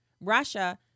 Russia